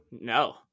No